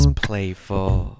playful. (